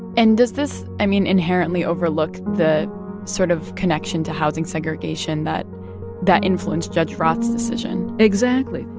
and does this, i mean, inherently overlook the sort of connection to housing segregation that that influenced judge roth's decision? exactly.